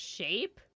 shape